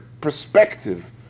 perspective